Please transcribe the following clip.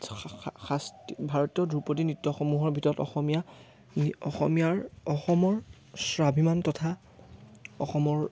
শাস্ত্ৰীয় ভাৰতীয় ধ্ৰুপদী নৃত্যসমূহৰ ভিতৰত অসমীয়া অসমীয়াৰ অসমৰ স্বাভিমান তথা অসমৰ